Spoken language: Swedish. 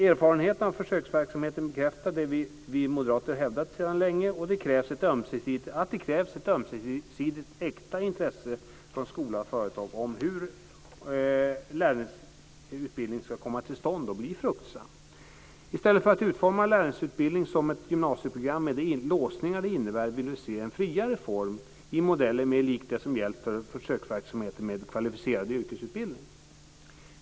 Erfarenheterna av försöksverksamheten bekräftar det vi moderater hävdat sedan länge, att det krävs ett ömsesidigt äkta intresse från skola och företag för hur lärlingsutbildningen ska komma till stånd och bli fruktsam. I stället för att utforma en lärlingsutbildning som ett gymnasieprogram, med de låsningar det innebär, vill vi se en friare form, i modeller som är mer lika det som gällt för försöksverksamheter med kvalificerad yrkesutbildning.